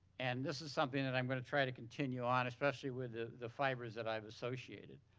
and this is something that i'm gonna try to continue on especially with the fibers that i've associated.